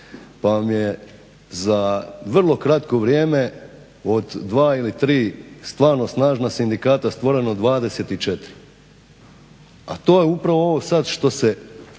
Pa je za vrlo kratko vrijeme od dva ili tri stvarno snažna sindikata stvoreno 24. A to je upravo ovo sad što se